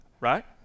Right